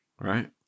Right